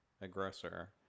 aggressor